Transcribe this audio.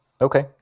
Okay